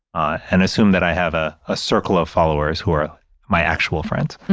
and assume that i have a ah circle of followers who are my actual friends